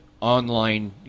online